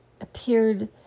appeared